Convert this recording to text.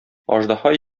аждаһа